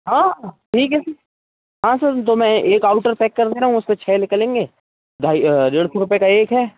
हाँ ठीक है हाँ सर तो मैं एक आउटर पैक कर रहा हूँ उसमें छः निकलेंगे भाई डेढ़ सौ रुपये का एक है